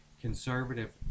conservative